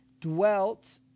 dwelt